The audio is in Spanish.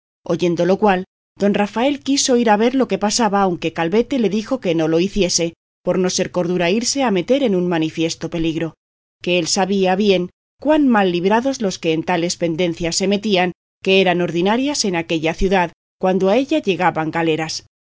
oyendo lo cual don rafael quiso ir a ver lo que pasaba aunque calvete le dijo que no lo hiciese por no ser cordura irse a meter en un manifiesto peligro que él sabía bien cuán mal libraban los que en tales pendencias se metían que eran ordinarias en aquella ciudad cuando a ella llegaban galeras